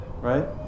Right